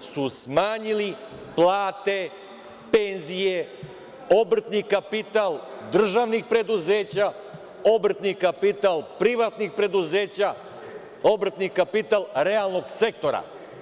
su smanjili plate, penzije, obrtni kapital državnih preduzeća, obrtni kapital privatnih preduzeća, obrtni kapital realnog sektora.